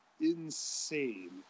insane